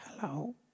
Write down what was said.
hello